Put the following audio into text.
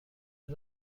این